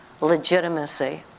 legitimacy